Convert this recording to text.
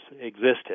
existed